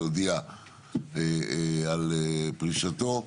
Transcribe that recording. הוא הודיע על פרישתו,